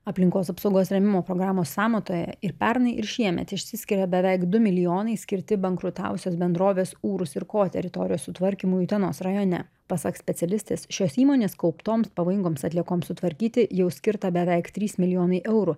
aplinkos apsaugos rėmimo programos sąmatoje ir pernai ir šiemet išsiskiria beveik du milijonai skirti bankrutavusios bendrovės urus ir ko teritorijos sutvarkymui utenos rajone pasak specialistės šios įmonės kauptoms pavojingoms atliekoms sutvarkyti jau skirta beveik trys milijonai eurų